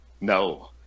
No